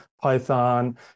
Python